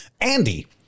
andy